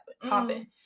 popping